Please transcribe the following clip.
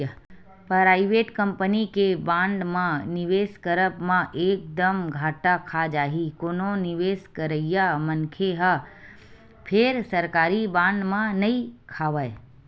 private company के bond म निवेस करब म एक दम घाटा खा जाही कोनो निवेस करइया मनखे ह फेर सरकारी बांड म नइ खावय